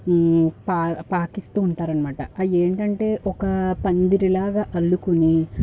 ఆ పా పాకిస్తూ ఉంటారన్నమాట ఆ ఏంటంటే ఒక పందిరిలాగా అల్లుకుని